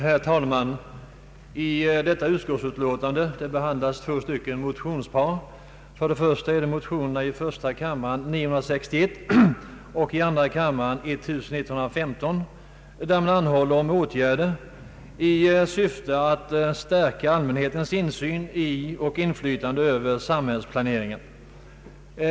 Herr talman! I detta utskottsutlåtande behandlas två motionspar. Det första är motionerna I: 961 och II: 1115, där man anhåller om åtgärder i syfte att stärka allmänhetens insyn och inflytande över samhällsplaneringen.